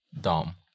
Dom